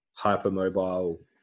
hypermobile